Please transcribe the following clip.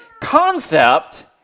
concept